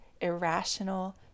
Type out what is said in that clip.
irrational